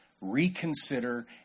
reconsider